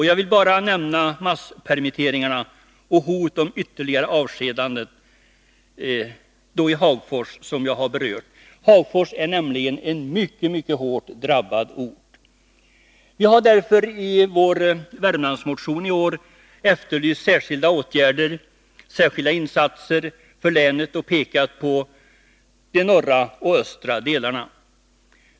Jag vill bara nämna masspermitteringarna och hot om ytterligare avskedanden på järnverket i Hagfors, en redan förut hårt drabbad ort. Vi har i årets Värmlandsmotion efterlyst särskilda insatser för länet och särskilt pekat på de norra och östra delarna.